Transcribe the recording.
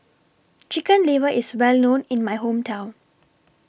Chicken Liver IS Well known in My Hometown